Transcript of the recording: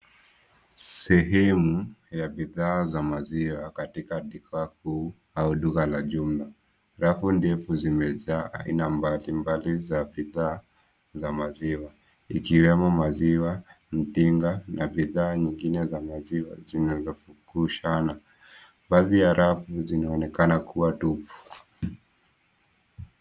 Sehemu ya bidhaa za maziwa katika duka kuu au duka la jumla. Rafu ndefu zimejaa aina mbalimbali zaa bidhaa za maziwa ikiwemo maziwa, mdinga na bidhaa nyingine za maziwa zinazofukushana. Baadhi ya rafu zinaonekana kuwa tupu.